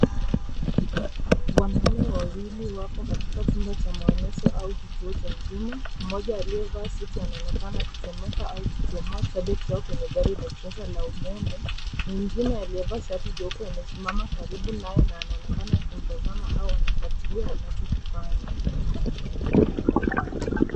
Wanaume wawili wako katika chumba cha maonyesho au kituo cha huduma. Mmoja aliyevaa suti anaonekana kuchomoka au kuchomoa cheti chao kwenye gari la umeme. Mwigine aliyevaa shati jeupe amesimama karibu naye na anaonekana kumtizama au kufuatilia anachokifanya.